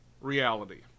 reality